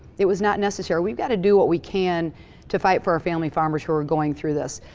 it was not necessary. we've gotta do what we can to fight for our family farmers who are going through this.